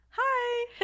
hi